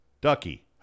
Ducky